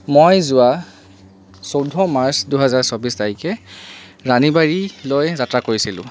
মই যোৱা চৈধ্য় মাৰ্চ দুহেজাৰ চৌব্বিছ তাৰিখে ৰাণীবাৰীলৈ যাত্ৰা কৰিছিলোঁ